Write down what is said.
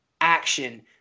action